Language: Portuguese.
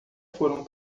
foram